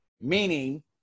meaning